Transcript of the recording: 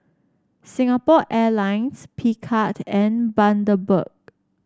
Singapore Airlines Picard and Bundaberg